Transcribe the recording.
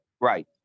Right